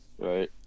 right